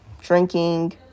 drinking